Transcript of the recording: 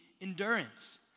endurance